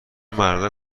مردا